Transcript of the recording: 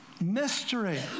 Mystery